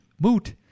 moot